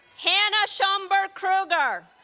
hanna schaumburg krueger